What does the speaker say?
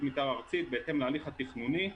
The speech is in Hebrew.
מתאר ארצית ובהתאם להליך התכנוני.